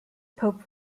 pope